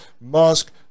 Musk